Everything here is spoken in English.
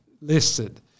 listed